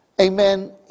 amen